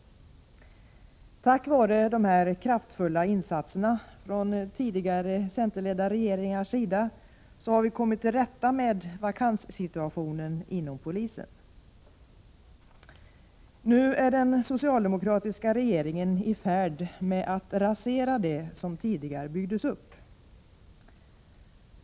Tack vare dessa kraftfulla insatser från tidigare centerledda regeringars sida har vi kommit till rätta med vakanssituationen inom polisen. Nu är den socialdemokratiska regeringen i färd med att rasera det som tidigare byggdes upp.